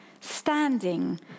standing